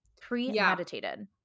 Premeditated